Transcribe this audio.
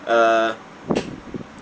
uh